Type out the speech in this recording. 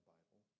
Bible